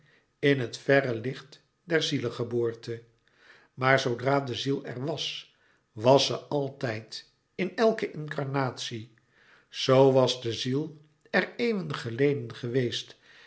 in het verre licht der ziele geboorte maar zoodra de ziel er wàs was ze altijd in elke incarnatie zoo was de ziel er eeuwen geleden geweest